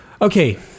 okay